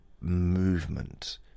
movement